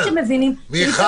מיכל.